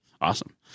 Awesome